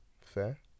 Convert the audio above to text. Fair